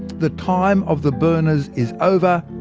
the time of the burners is over.